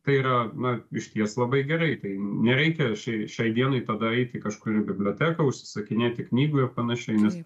tai yra na išties labai gerai tai nereikia ši šiai dienai tada eiti kažkur į biblioteką užsisakinėti knygų ir panašiai nes